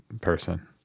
person